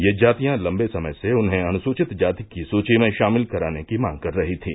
ये जातियां लम्बे समय से उन्हें अनुसूचित जाति की सूची में शामिल करने की मांग कर रही थीं